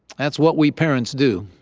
that's what we parents do.